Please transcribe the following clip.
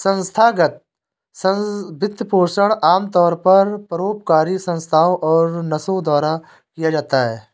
संस्थागत वित्तपोषण आमतौर पर परोपकारी संस्थाओ और न्यासों द्वारा दिया जाता है